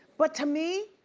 but to me,